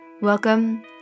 Welcome